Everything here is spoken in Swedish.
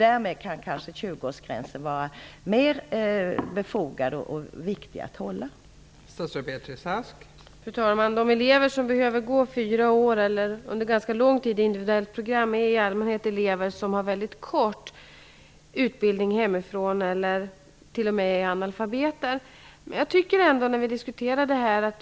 Därmed kan kanske 20-årsgränsen vara mer befogad och viktig att hålla fast vid.